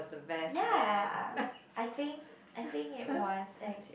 ya I think I think it was